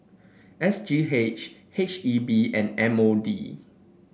S G H H E B and M O D